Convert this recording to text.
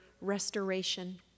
restoration